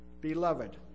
Beloved